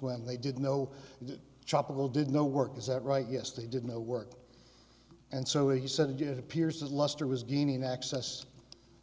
when they did no trouble did no work is that right yes they did no work and so he said he did it appears that luster was gaining access